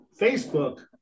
Facebook